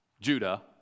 Judah